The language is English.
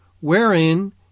wherein